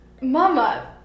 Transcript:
mama